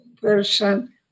person